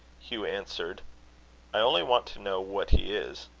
hugh answered i only want to know what he is.